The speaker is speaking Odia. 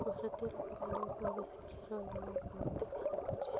ଭାରତୀୟ ଲୋକମାନଙ୍କୁ ଏବେ ଶିକ୍ଷାର ଅଭାବ ବହୁତ ଦେଖା ଯାଉଛି